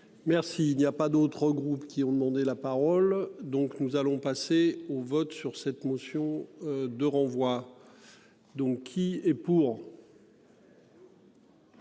Merci. Il n'y a pas d'autres groupes qui ont demandé la parole. Donc nous allons passer au vote sur cette motion de renvoi. Donc qui est pour.